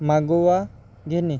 मागोवा घेणे